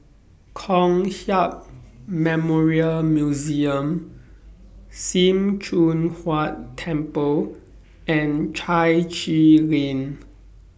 Kong Hiap Memorial Museum SIM Choon Huat Temple and Chai Chee Lane